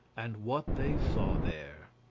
and what they saw there.